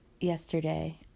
yesterday